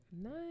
Nice